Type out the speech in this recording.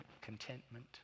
contentment